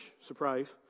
surprise